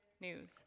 news